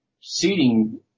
seating